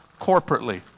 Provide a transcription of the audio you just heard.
corporately